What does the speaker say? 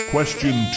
Question